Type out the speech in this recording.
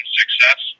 success